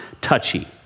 touchy